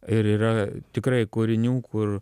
ir yra tikrai kūrinių kur